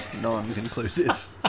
non-conclusive